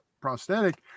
prosthetic